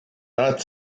not